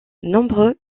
nombreux